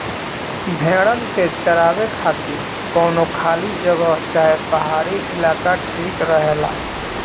भेड़न के चरावे खातिर कवनो खाली जगह चाहे पहाड़ी इलाका ठीक रहेला